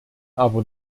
aber